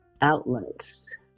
outlets